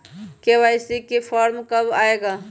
KYC form कब आए गा?